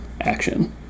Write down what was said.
action